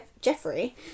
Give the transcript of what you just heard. Jeffrey